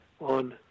on